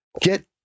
get